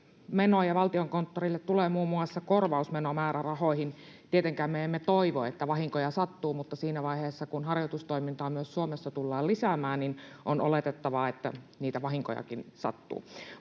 menoja Valtiokonttorille tulee muun muassa korvausmenomäärärahoihin. Tietenkään me emme toivo, että vahinkoja sattuu, mutta siinä vaiheessa, kun harjoitustoimintaa myös Suomessa tullaan lisäämään, on oletettavaa, että niitä vahinkojakin sattuu.